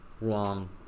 wrong